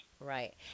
Right